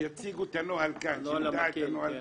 שיציגו את הנוהל כאן, שנדע את הנוהל כאן.